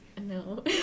no